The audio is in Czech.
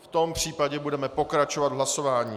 V tom případě budeme pokračovat v hlasování.